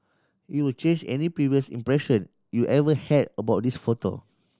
it will change any previous impression you ever had about this photo